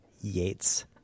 Yates